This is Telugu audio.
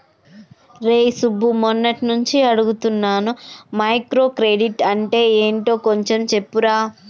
రేయ్ సుబ్బు, మొన్నట్నుంచి అడుగుతున్నాను మైక్రో క్రెడిట్ అంటే యెంటో కొంచెం చెప్పురా